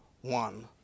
one